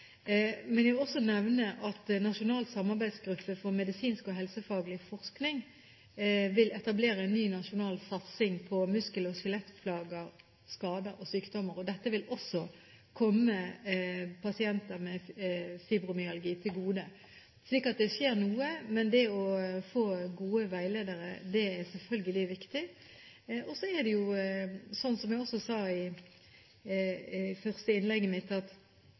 Men jeg vil også nevne at Nasjonal samarbeidsgruppe for medisinsk og helsefaglig forskning vil etablere en ny nasjonal satsing på muskel- og skjelettplager, -skader og -sykdommer. Dette vil også komme pasienter med fibromyalgi til gode. Så det skjer noe, men å få gode veiledere er selvfølgelig viktig. Og så er det jo slik, som jeg sa først i innlegget mitt, at